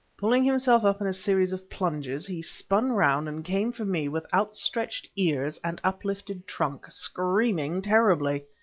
pulling himself up in a series of plunges, he spun round and came for me with outstretched ears and uplifted trunk, screaming terribly.